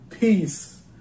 Peace